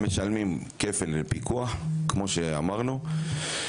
הם משלמים כפל פיקוח, כמו שאמרנו.